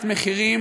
בוועדת החינוך,